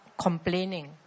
complaining